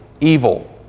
evil